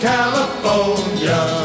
California